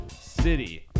city